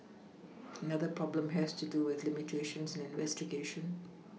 another problem has to do with limitations investigation